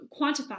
quantify